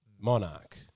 monarch